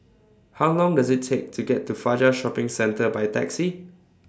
How Long Does IT Take to get to Fajar Shopping Centre By Taxi